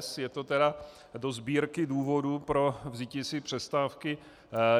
Je to tedy do sbírky důvodů pro vzetí si přestávky